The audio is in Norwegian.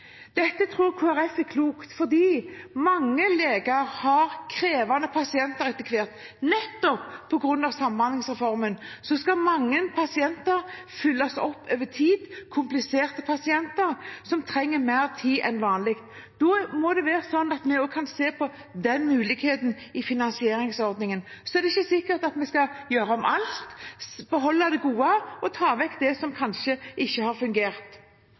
Dette tror Kristelig Folkeparti er klokt fordi mange leger etter hvert har krevende pasienter. Nettopp på grunn av samhandlingsreformen skal mange pasienter følges opp over tid, kompliserte pasienter som trenger mer tid enn vanlig. Da må vi også kunne se på mulighetene i finansieringsordningen. Så er det ikke sikkert at vi skal gjøre om alt. Vi skal beholde det gode og ta vekk det som kanskje ikke har fungert.